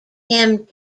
him